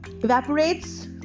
evaporates